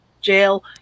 jail